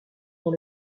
dans